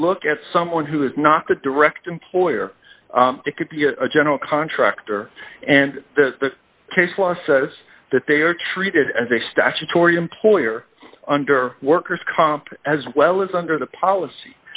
you look at someone who is not the direct employer it could be a general contractor and the case law says that they are treated as a statutory employer under workers comp as well as under the policy